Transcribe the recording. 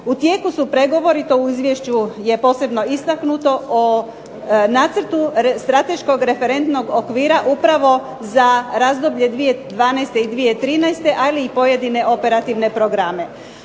U tijeku su pregovori, to u izvješću je posebno istaknuto, o Nacrtu strateškog referentnog okvira upravo za razdoblje 2012. i 2013., ali i pojedine operativne programe.